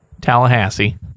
Tallahassee